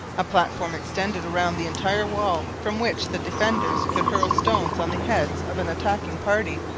a platform extended round the entire wall, from which the defenders could hurl stones on the heads of an attacking party,